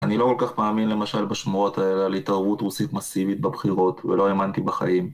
אני לא כל כך מאמין למשל בשמועות האלה להתערבות רוסית מסיבית בבחירות, ולא האמנתי בחיים.